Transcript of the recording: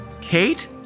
Kate